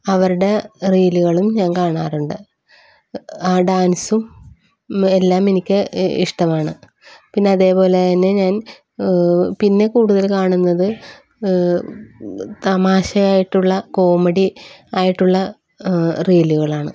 അവരുടെ റീലുകളും ഞാൻ കാണാറുണ്ട് ആ ഡാൻസും എല്ലാം എനിക്ക് ഇഷ്ടമാണ് പിന്നെ അതേപോലെ തന്നെ ഞാൻ പിന്നെ കൂടുതല് കാണുന്നത് തമാശയായിട്ടുള്ള കോമഡി ആയിട്ടുള്ള റീലുകളാണ്